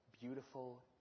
beautiful